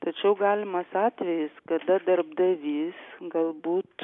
tačiau galimas atvejis kada darbdavys galbūt